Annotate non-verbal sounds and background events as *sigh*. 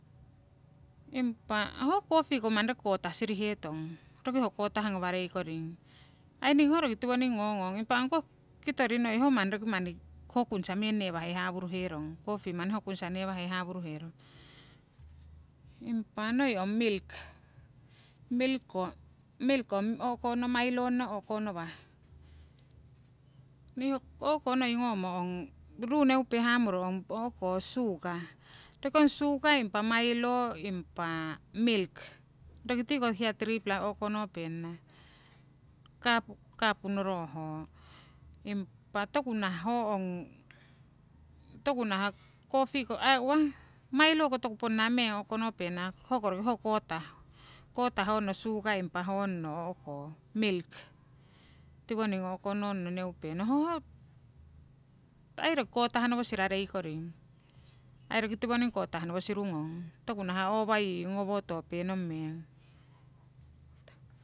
Impa ho coffee ko manni roki kota sirihetong, roki ho kotah ngawarei koring. Aii ningii ho roki tiwoning ngongong, impah ong koh kitori noi ho manni roki ho kunsa meng newahe hawuruherong, coffee ho manni kunsa newahe hawuruherong. Impa noi ong milk, milk ko, milk ong o'konno milonno o'konowah. Nii ho o'ko noi ngomo, ong ruu neupe hamuro ong o'ko sugar, roki ong sugar impa milo impa milk. Roki tiko hiya tripla o'ko nopenana cup, cup noroh ho. Impa toku nah ho ong, toku nah coffee ko *hesitation* aii uwa milo ko toku ponna meng o'konopenana, hoko roki ho kotah, kotah roki honno sugar impa honno o'ko milk. Tiwoning o'ko nongno neupenong, hoho aii roki kota nowo sirarei koring, aii roki tiwoning kotah nowo sirungong, toku nah owa yii ngowotopenong meng.